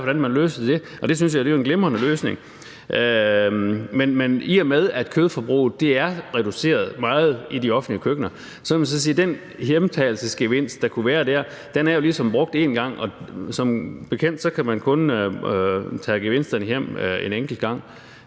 af, hvordan man løser det – er en glimrende løsning. Men i og med at kødforbruget er reduceret meget i de offentlige køkkener, kan man sige, at den hjemtagelsesgevinst, der kunne være der, jo ligesom er brugt én gang, og som bekendt kan man kun tage gevinsterne hjem en enkelt gang.